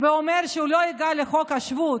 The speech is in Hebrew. ואומר שהוא לא ייגע בחוק השבות,